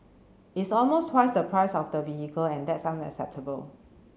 it's almost twice the price of the vehicle and that's unacceptable